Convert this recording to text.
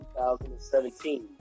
2017